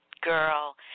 girl